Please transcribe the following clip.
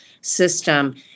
system